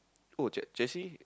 oh che~ Chelsea